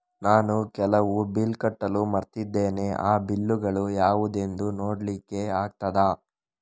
ನಾನು ಕೆಲವು ಬಿಲ್ ಕಟ್ಟಲು ಮರ್ತಿದ್ದೇನೆ, ಆ ಬಿಲ್ಲುಗಳು ಯಾವುದೆಂದು ನೋಡ್ಲಿಕ್ಕೆ ಆಗುತ್ತಾ?